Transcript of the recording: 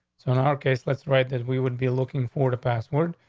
so and okay, so it's right that we would be looking for the password.